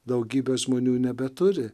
daugybė žmonių nebeturi